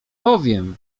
powiem